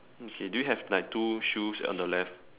okay do you have like two shoes on the left